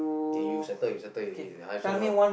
K you settle you settle already I also not